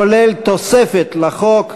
כולל התוספת לחוק,